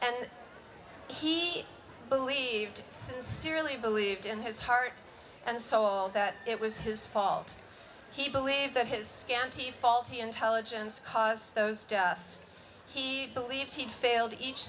and he believed sincerely believed in his heart and soul that it was his fault he believed that his county faulty intelligence cause those he believed he'd failed each